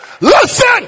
Listen